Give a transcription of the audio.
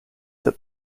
that